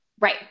Right